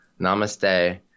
Namaste